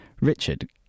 Richard